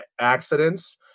accidents